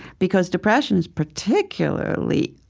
because depression's particularly